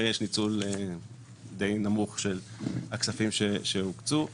יש ניצול די נמוך של הכספים שהוקצו,